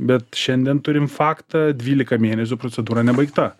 bet šiandien turim faktą dvylika mėnesių procedūra nebaigta